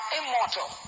immortal